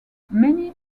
many